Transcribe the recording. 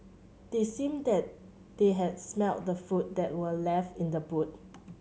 seemed than they had smelt the food that were left in the boot